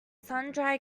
sundry